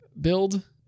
build